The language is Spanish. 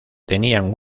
tenían